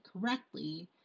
correctly